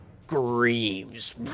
screams